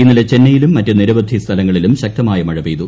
ഇന്നലെ ചെന്നൈയിലും മറ്റ് നിരവധി സ്ഥലങ്ങളിലും ശക്തമായ മഴ പെയ്തു